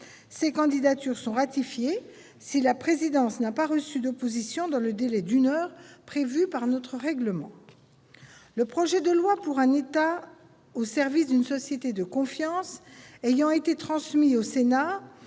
Ces candidatures seront ratifiées si la présidence n'a pas reçu d'opposition dans le délai d'une heure prévu par notre règlement. Le projet de loi pour un État au service d'une société de confiance ayant été transmis au Sénat,